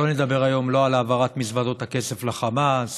לא נדבר היום לא על העברת מזוודות הכסף לחמאס